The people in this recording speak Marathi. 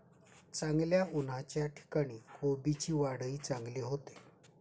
चांगल्या उन्हाच्या ठिकाणी कोबीची वाढही चांगली होते